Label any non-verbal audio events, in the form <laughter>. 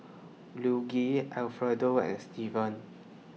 Luigi <unintelligible> and Steven